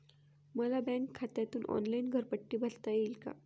मला बँक खात्यातून ऑनलाइन घरपट्टी भरता येईल का?